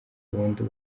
burundu